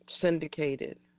syndicated